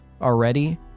already